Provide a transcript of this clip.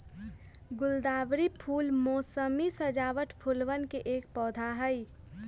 गुलदावरी फूल मोसमी सजावट फूलवन के एक पौधा हई